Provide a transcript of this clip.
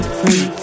free